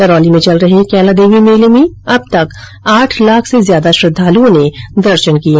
करौली में चल रहे कैलादेवी देवी मेले में अब तक आठ लाख से ज्यादा श्रद्धालुओं ने दर्शन किये